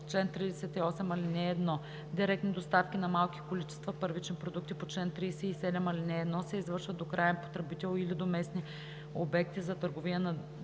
чл. 38: „Чл. 38. (1) Директни доставки на малки количества първични продукти по чл. 37, ал. 1 се извършват до краен потребител или до местни обекти за търговия на